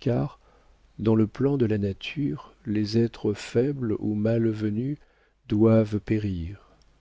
car dans le plan de la nature les êtres faibles ou mal venus doivent périr